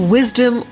Wisdom